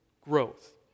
growth